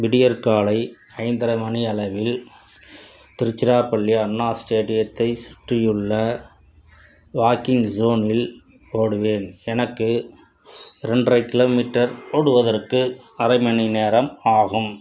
விடியற்காலை ஐந்தர மணியளவில் திருச்சிராப்பள்ளி அண்ணா ஸ்டேடியத்தை சுற்றியுள்ள வாக்கிங் ஷோனில் ஓடுவேன் எனக்கு ரெண்டரைக் கிலோ மீட்டர் ஓடுவதற்கு அரைமணி நேரம் ஆகும்